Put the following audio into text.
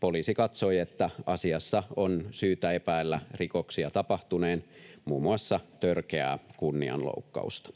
poliisi katsoi, että asiassa on syytä epäillä rikoksia tapahtuneen, muun muassa törkeää kunnianloukkausta.